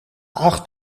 acht